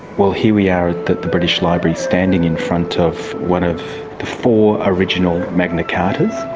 well here we are at the british library, standing in front of one of the four original magna cartas.